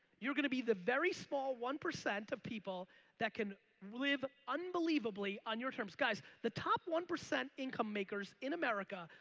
you're gonna be the very small one percent of people that can live unbelievably on your terms. guys, the top one percent income makers in america,